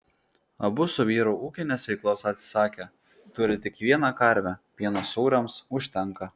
abu su vyru ūkinės veiklos atsisakė turi tik vieną karvę pieno sūriams užtenka